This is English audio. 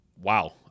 Wow